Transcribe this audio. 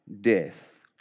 death